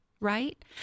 right